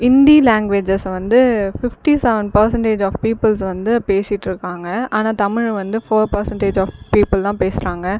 Hindi languages வந்து fifty seven percentage of peoples வந்து பேசிட்ருக்காங்கள் ஆனால் தமிழ் வந்து ஃபோர் பெர்ஸண்டேஜ் ஆஃப் பீபுல் தான் பேசுகிறாங்க